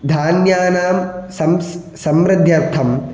धान्यानाम् सम्स् समृद्ध्यर्थम्